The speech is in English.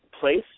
place